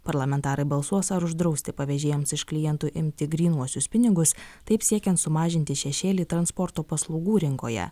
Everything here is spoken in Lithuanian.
parlamentarai balsuos ar uždrausti pavežėjams iš klientų imti grynuosius pinigus taip siekiant sumažinti šešėlį transporto paslaugų rinkoje